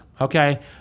Okay